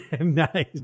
nice